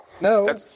No